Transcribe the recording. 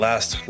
Last